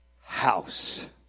house